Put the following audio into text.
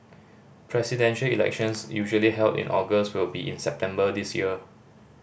presidential elections usually held in August will be in September this year